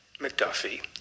McDuffie